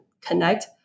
connect